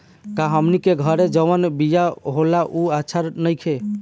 का हमनी के घरे जवन बिया होला उ अच्छा नईखे?